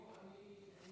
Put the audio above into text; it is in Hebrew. אני